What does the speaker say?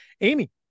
Amy